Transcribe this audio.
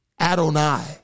Adonai